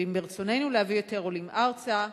ואם ברצוננו להביא יותר עולים ארצה,